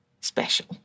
special